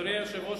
אדוני היושב-ראש,